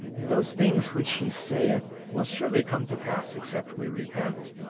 and those things which he saith will surely come to pass except we repent